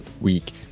week